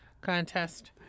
contest